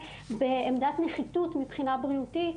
נמצאים בעמדת נחיתות מבחינה בריאותית,